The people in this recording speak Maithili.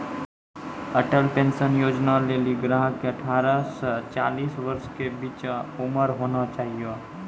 अटल पेंशन योजना लेली ग्राहक के अठारह से चालीस वर्ष के बीचो उमर होना चाहियो